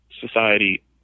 society